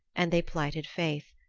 and they plighted faith,